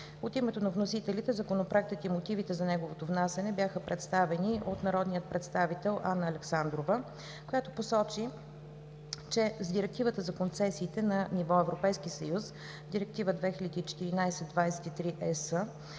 От името на вносителите Законопроектът и мотивите за неговото внасяне бяха представени от народния представител Анна Александрова, която посочи, че с Директивата за концесиите на ниво Европейския съюз, Директива 2014/23/ЕС,